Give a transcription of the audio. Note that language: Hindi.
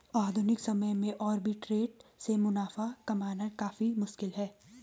आधुनिक समय में आर्बिट्रेट से मुनाफा कमाना काफी मुश्किल है